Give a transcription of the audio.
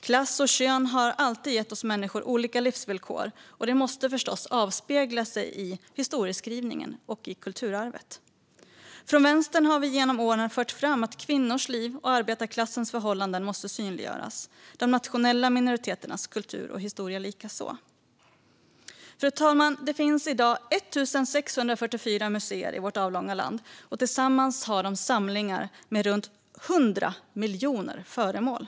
Klass och kön har alltid gett oss människor olika livsvillkor, och detta måste förstås avspegla sig i historieskrivningen och kulturarvet. Från Vänstern har vi genom åren fört fram att kvinnors liv och arbetarklassens förhållanden måste synliggöras, och detsamma gäller de nationella minoriteternas kultur och historia. Fru talman! Det finns idag 1 644 museer i vårt avlånga land, och tillsammans har de samlingar med runt 100 miljoner föremål.